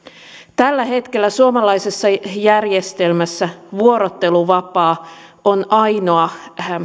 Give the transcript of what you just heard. tällä hetkellä suomalaisessa järjestelmässä vuorotteluvapaa on ainoa